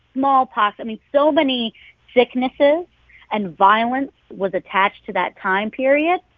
smallpox i mean, so many sicknesses and violence was attached to that time period.